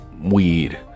weed